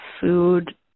food